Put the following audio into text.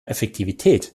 effektivität